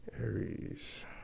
Aries